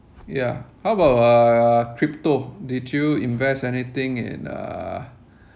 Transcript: yeah how about uh crypto did you invest anything in uh